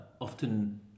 often